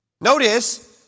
Notice